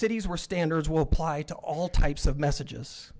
cities where standards will apply to all types of messages